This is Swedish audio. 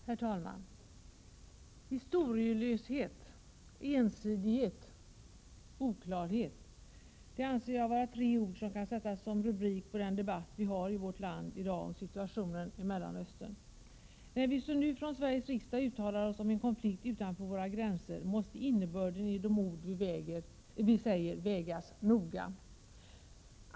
Herr talman! Historielöshet, ensidighet och oklarhet — dessa tre ord anser jag kan sättas som rubrik på den debatt som vi i dag för i vårt land om situationen i Mellanöstern. När vi, såsom nu, i Sveriges riksdag uttalar oss om en konflikt utanför våra gränser måste innebörden i våra ord vägas noga.